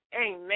Amen